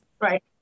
right